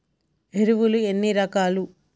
ఎరువులు ఎన్ని రకాలు?